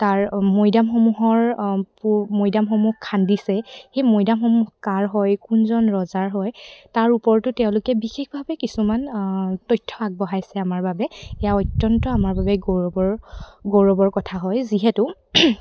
তাৰ মৈদামসমূহৰ পূ মৈদামসমূহ খান্দিছে সেই মৈদামসমূহ কাৰ হয় কোনজন ৰজাৰ হয় তাৰ ওপৰতো তেওঁলোকে বিশেষভাৱে কিছুমান তথ্য আগবঢ়াইছে আমাৰ বাবে এয়া অত্যন্ত আমাৰ বাবে গৌৰৱৰ গৌৰৱৰ কথা হয় যিহেতু